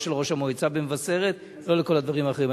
לא של ראש המועצה במבשרת ולא לכל הדברים האחרים.